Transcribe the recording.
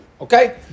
Okay